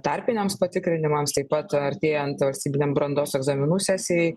tarpiniams patikrinimams taip pat artėjant valstybiniam brandos egzaminų sesijai